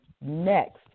next